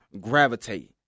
gravitate